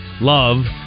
love